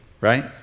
right